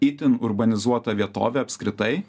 itin urbanizuota vietovė apskritai